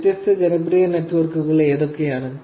വ്യത്യസ്ത ജനപ്രിയ നെറ്റ്വർക്കുകൾ എന്തൊക്കെയാണ്